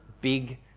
big